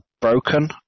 Broken